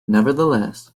nevertheless